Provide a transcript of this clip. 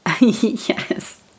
Yes